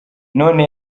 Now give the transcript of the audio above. none